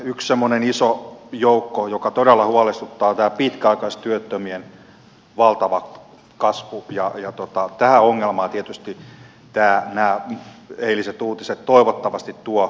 yksi semmoinen iso joukko joka todella huolestuttaa on tämä pitkäaikaistyöttömien valtava kasvu ja tähän ongelmaan tietysti nämä eiliset uutiset toivottavasti tuovat ratkaisuja